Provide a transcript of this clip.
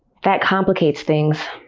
that complicates things,